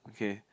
okay